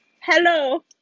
Hello